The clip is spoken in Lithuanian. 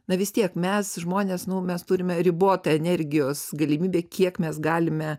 na vis tiek mes žmonės nu mes turime ribotą energijos galimybę kiek mes galime